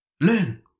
Learn